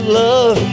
love